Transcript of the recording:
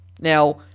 Now